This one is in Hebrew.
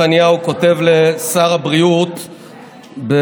מכתב שח"כ נתניהו כותב לשר הבריאות ביולי,